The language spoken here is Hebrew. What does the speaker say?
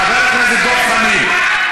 חבר הכנסת דב חנין,